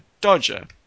Dodger